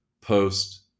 post